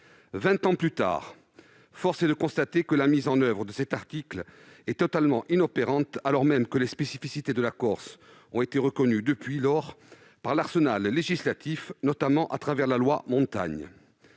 ans plus tard, force est de constater que cet article est totalement inopérant alors même que les spécificités de la Corse ont été reconnues depuis lors dans l'arsenal législatif, notamment dans la loi Montagne.